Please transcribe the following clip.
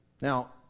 Now